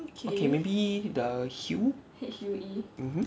okay maybe the hue mmhmm